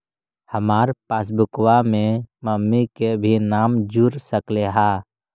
हमार पासबुकवा में मम्मी के भी नाम जुर सकलेहा?